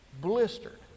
blistered